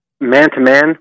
man-to-man